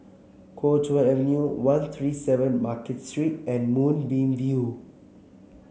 Kuo Chuan Avenue One Three Seven Market Street and Moonbeam View